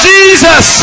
Jesus